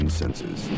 senses